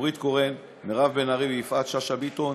נורית קורן, מירב בן ארי ויפעת שאשא ביטון,